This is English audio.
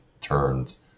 turns